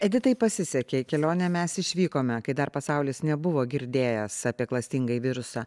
editai pasisekė į kelionę mes išvykome kai dar pasaulis nebuvo girdėjęs apie klastingąjį virusą